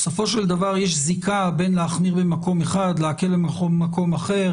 בסופו של דבר יש זיקה בין להחמיר במקום אחד ולהקל במקום אחר.